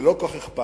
וזה לא כל כך אכפת.